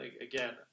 again